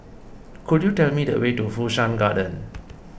could you tell me the way to Fu Shan Garden